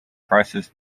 prices